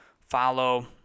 follow